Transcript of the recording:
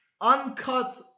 uncut